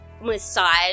massage